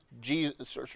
Jesus